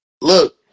Look